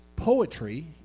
poetry